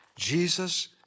Jesus